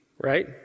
Right